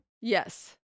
Yes